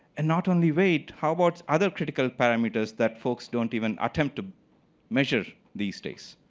and not only weight. how about other critical parameters that folks don't even attempt to measure these days?